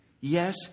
Yes